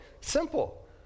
Simple